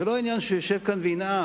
זה לא עניין שישב כאן וינאם.